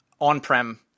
on-prem